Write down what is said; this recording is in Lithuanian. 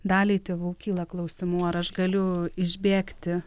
daliai tėvų kyla klausimų ar aš galiu išbėgti